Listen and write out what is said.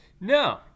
No